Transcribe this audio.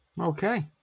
Okay